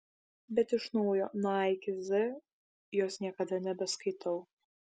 bet iš naujo nuo a iki z jos niekada nebeskaitau